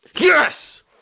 Yes